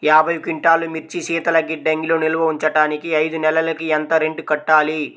యాభై క్వింటాల్లు మిర్చి శీతల గిడ్డంగిలో నిల్వ ఉంచటానికి ఐదు నెలలకి ఎంత రెంట్ కట్టాలి?